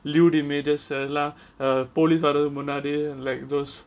lewd images எல்லாம்:ellam police வரதுக்கு முன்னாடி:varathuku munnadi like those